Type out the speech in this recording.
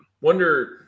Wonder